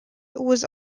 was